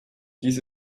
dies